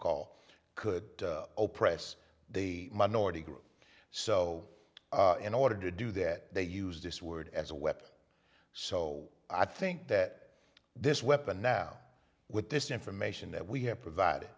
call could press the minority group so in order to do that they use this word as a weapon so i think that this weapon now with this information that we have provided